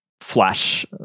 flash